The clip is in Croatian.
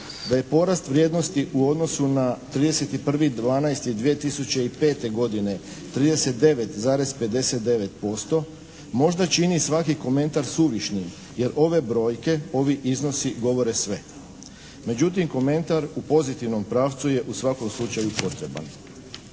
da je porast vrijednosti u odnosu na 31.12.2005. godine 39,59% možda čini svaki komentar suvišnim. Jer ove brojke, ovi iznosi govore sve. Međutim komentar u pozitivnom pravcu je u svakom slučaju potreban.